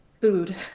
food